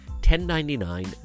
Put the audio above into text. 1099